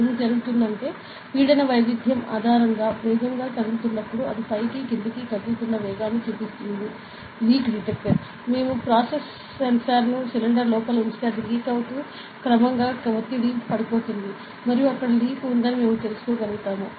ఏమి జరుగుతుందంటే పీడన వైవిధ్యం ఆధారంగా వేగంగా కదులుతున్నప్పుడు అది పైకి క్రిందికి కదులుతున్న వేగాన్ని చూపుతుంది లీక్ డిటెక్టర్ మేము ప్రాసెస్ సెన్సార్ను సిలిండర్ లోపల ఉంచితే అది లీక్ అవుతుంటే ఒత్తిడి క్రమంగా పడిపోతుంది మరియు అక్కడ లీక్ ఉందని మేము తెలుసుకోగలుగుతాము